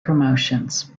promotions